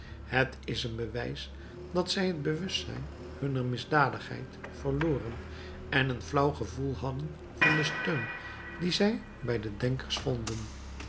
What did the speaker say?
het is een bewijs dat zij het bewustzijn hunner misdadigheid verloren en een flauw gevoel hadden van den steun dien zij bij de denkers vonden